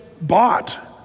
bought